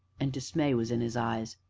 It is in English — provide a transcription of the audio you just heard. and dismay was in his eyes.